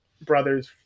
brothers